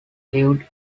lived